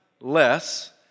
less